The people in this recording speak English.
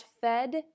Fed